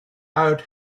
out